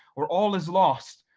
or all is lost,